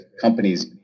companies